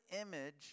image